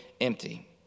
empty